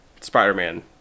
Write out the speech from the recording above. Spider-Man